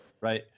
right